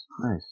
nice